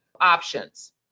options